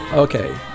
Okay